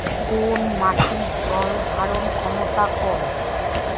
কোন মাটির জল ধারণ ক্ষমতা কম?